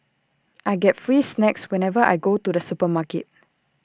I get free snacks whenever I go to the supermarket